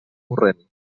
corrent